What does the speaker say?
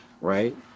right